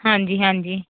ਹਾਂਜੀ ਹਾਂਜੀ